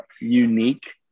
unique